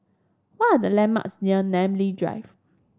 what are the landmarks near Namly Drive